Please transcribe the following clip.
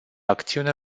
acțiune